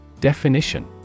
Definition